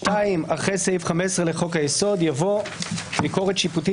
הוספת סעיף 15א 2. אחרי סעיף 15 לחוק היסוד יבוא: "ביקורת שיפוטית